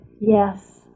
Yes